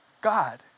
God